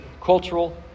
cultural